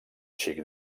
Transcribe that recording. xic